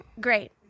Great